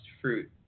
fruit